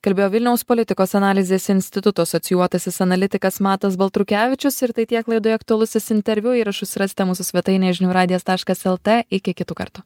kalbėjo vilniaus politikos analizės instituto asocijuotasis analitikas matas baltrukevičius ir tai tiek laidoje aktualusis interviu įrašus rasite mūsų svetainėj žinių radijas taškas lt iki kitų kartų